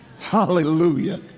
Hallelujah